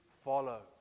Follow